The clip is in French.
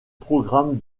programme